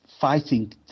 fighting